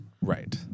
Right